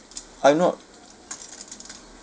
I've not